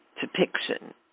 depiction